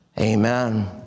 Amen